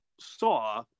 saw